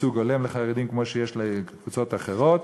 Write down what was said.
ייצוג הולם לחרדים כמו שיש לקבוצות אחרות,